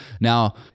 Now